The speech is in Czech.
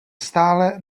stále